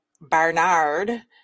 Bernard